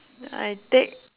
I take